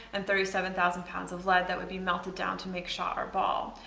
and thirty seven thousand pounds of lead that would be melted down to make shot or ball.